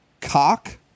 Cock